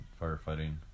firefighting